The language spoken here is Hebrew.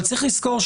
אבל צריך לזכור,